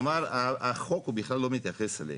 כלומר, החוק הוא בכלל לא מתייחס אליהם.